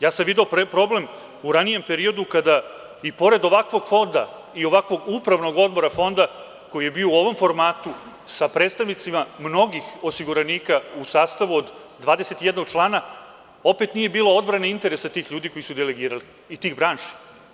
Ja sam video problem u ranijem periodu i kada pored ovakvog Fonda i ovakvog Upravnog odbora Fonda koji je bio u ovom formatu, sa predstavnicima mnogih osiguranika u sastavu od 21 člana, opet nije bilo odbrane interesa tih ljudi koji su ih delegirali i tih branši.